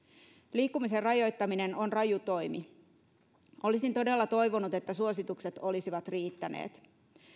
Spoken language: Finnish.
liikkumisen rajoittaminen on raju toimi olisin todella toivonut että suositukset olisivat riittäneet